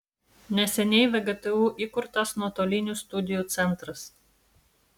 neseniai vgtu įkurtas nuotolinių studijų centras